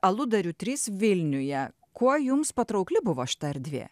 aludarių trys vilniuje kuo jums patraukli buvo šita erdvė